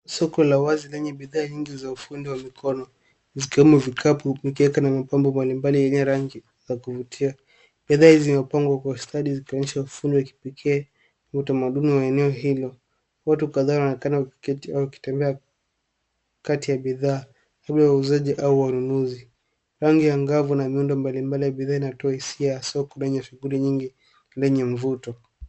Soko la wazi lenye bidhaa nyingi za ufundi wa mikono zikiwemo vikapu, mikeka na mapambo mbalimbali yenye rangi ya kuvutia. Bidhaa hizi zimepengwa kwa ustadi zikionyesha ufundi wa kipekee na utamaduni wa eneo hilo. Watu kadhaa wanaonekana wakiketi au wakitembea kati ya bidhaa labda wauzaji au wanunuzi. Rangi angavu na miundo mbalimbali ya bidhaa inatoa hisia ya soko lenye shughuli nyingi lenye mvuto.